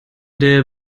der